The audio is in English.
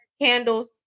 candles